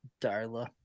Darla